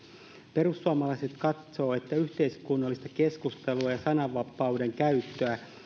perussuomalaiset katsovat että yhteiskunnallista keskustelua ja sananvapauden käyttöä